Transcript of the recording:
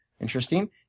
Interesting